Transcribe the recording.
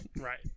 Right